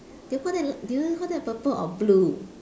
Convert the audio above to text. do you call that l~ do you call that purple or blue